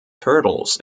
turtles